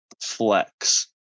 flex